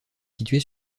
située